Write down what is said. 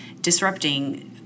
disrupting